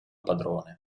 padrone